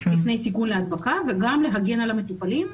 --- מפני סיכון להדבקה וגם להגן על המטופלים.